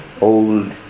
old